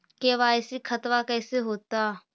KYC खतबा कैसे होता?